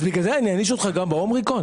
בגלל זה אעניש אותך גם באומיקרון?